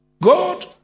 God